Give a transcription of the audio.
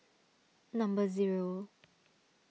number zero